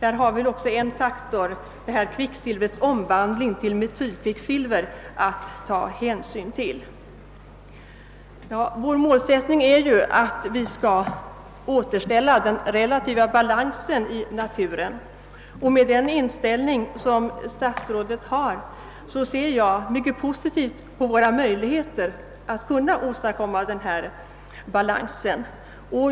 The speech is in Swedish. En faktor att ta hänsyn till är kvicksilvrets omvandling till metylkvicksilver. Vår målsättning är ju att återställa den relativa balansen i naturen. Den inställning som statsrådet har gör att jeg ser mycket positivt på våra möjligheter att åstadkomma denna balans.